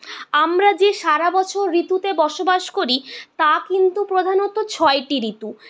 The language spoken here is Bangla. আমরা যে সারা বছর ঋতুতে বসবাস করি তা কিন্তু প্রধানত ছয়টি ঋতু